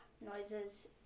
noises